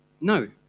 No